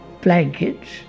blankets